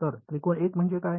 तर त्रिकोण 1 म्हणजे काय